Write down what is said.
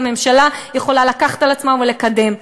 הממשלה יכולה לקחת על עצמה ולקדם,